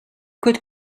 could